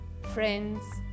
friends